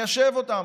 ליישב אותם.